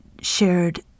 shared